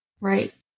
Right